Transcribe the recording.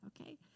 Okay